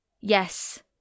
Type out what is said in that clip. Yes